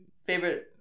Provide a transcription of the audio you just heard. Favorite